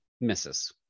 Misses